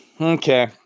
Okay